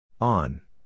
on